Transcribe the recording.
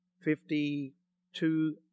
Fifty-two